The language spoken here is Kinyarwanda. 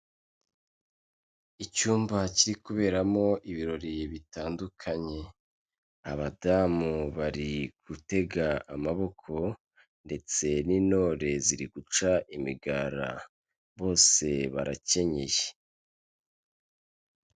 Icyumba kiri kuberamo ibirori bitandukanye, abadamu bari gutega amaboko ndetse n'intore ziri guca imigara, bose barakenyeye.